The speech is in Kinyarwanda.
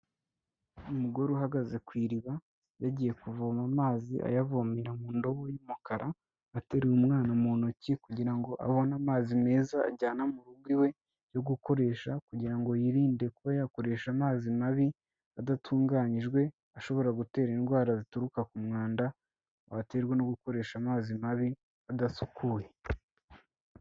Umugore uhagaze ku iriba, yagiye kuvoma amazi ayavomerara mu ndobo y'umukara, ateruye umwana mu ntoki kugira ngo abone amazi meza ajyana mu rugo iwe yo gukoresha, kugira ngo yirinde kuba yakoresha amazi mabi adatunganiyijwe, ashobora gutera indwara zituruka ku mwanda, byaterwa no gukoresha amazi mabi adasukuye.